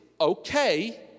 Okay